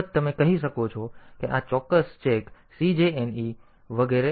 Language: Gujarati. અલબત્ત તમે કહી શકો છો કે આ ચોક્કસ ચેક CJNE વગેરે